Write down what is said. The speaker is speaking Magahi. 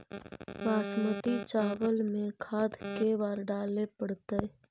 बासमती चावल में खाद के बार डाले पड़तै?